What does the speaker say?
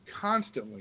constantly